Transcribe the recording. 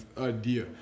idea